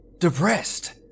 Depressed